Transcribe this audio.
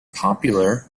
popular